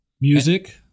Music